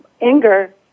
anger